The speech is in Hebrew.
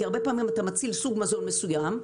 כי הרבה פעמים אתה מציל סוג מזון מסוים,